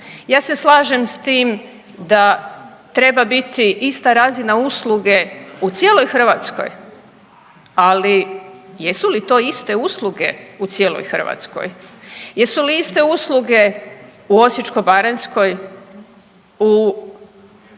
Ja se slažem s tim da treba biti ista razina usluge u cijeloj Hrvatskoj, ali jesu li to iste usluge u cijeloj Hrvatskoj? Jesu li iste usluge u Osječko-baranjskoj, u